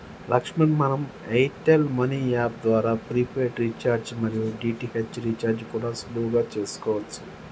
లక్ష్మణ్ మనం Airtel money app ద్వారా prepaid recharge మరియు డి.టి.హెచ్ రీఛార్జి కూడా సులువుగా చేసుకోవచ్చు